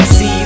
See